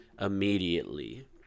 immediately